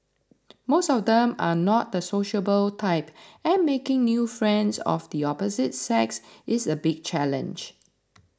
most of them are not the sociable type and making new friends of the opposite sex is a big challenge